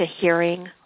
hearing